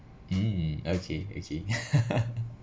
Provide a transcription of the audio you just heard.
um okay okay